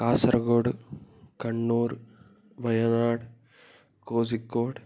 Kasaragod Kannur Wayanad Kozhikode